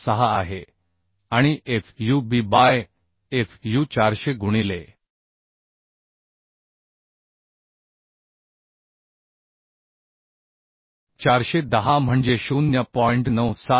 66 आहे आणि fub by fu400 गुणिले 410 म्हणजे 0